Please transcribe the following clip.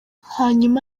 hanyuma